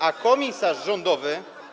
A komisarz rządowy.